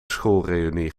schoolreünie